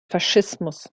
faschismus